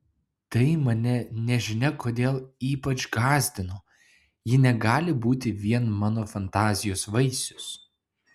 tai mane nežinia kodėl ypač gąsdino ji negali būti vien mano fantazijos vaisius